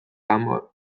amor